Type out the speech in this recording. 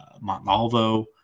Montalvo